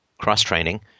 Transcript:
cross-training